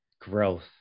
growth